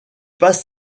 passe